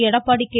Edappadi K